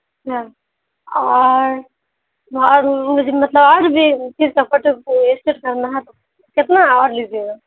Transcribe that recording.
اچھا اور ہاں اور مجھے مطلب اور بھی چیز کا فوٹو اسٹیٹ کرنا ہے تو کتنا اور لیجیے گا